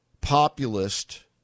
populist